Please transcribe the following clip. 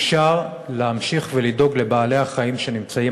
אפשר להמשיך ולדאוג לבעלי-החיים שנמצאים